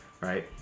right